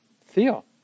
feel